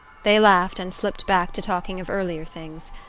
they laughed and slipped back to talking of earlier things.